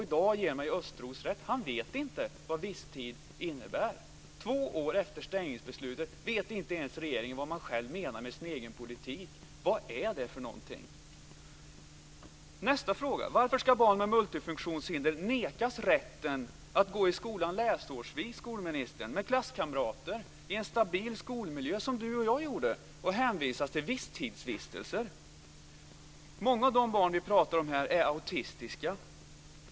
I dag ger mig Östros rätt: Han vet inte vad visstid innebär. Två år efter stängningsbeslutet vet inte regeringen ens vad man själv menar med sin egen politik! Vad är det för någonting? Nästa fråga: Varför ska barn med multifunktionshinder nekas rätten att gå i skolan läsårsvis med klasskamrater och i en stabil skolmiljö, som skolministern och jag gjorde, och hänvisas till visstidsvistelser? Många av de barn vi här pratar om är autistiska.